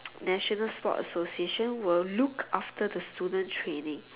national sports association will look after the student training